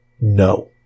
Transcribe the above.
no